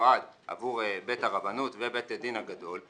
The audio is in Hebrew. שמיועד עבור בית הרבנות ובית הדין הגדול.